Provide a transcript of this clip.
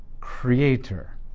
creator